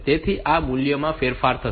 તેથી આ મૂલ્યમાં ફેરફાર થશે